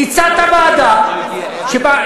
הצעת ועדה שבה,